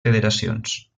federacions